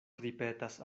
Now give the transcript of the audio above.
ripetas